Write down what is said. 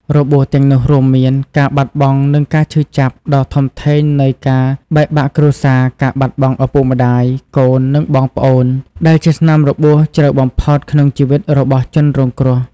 របួសទាំងនោះរួមមាន ការបាត់បង់ និងការឈឺចាប់ ដ៏ធំធេងនៃការបែកបាក់គ្រួសារ ការបាត់បង់ឪពុកម្ដាយ កូន និងបងប្អូន ដែលជាស្នាមរបួសជ្រៅបំផុតក្នុងជីវិតរបស់ជនរងគ្រោះ។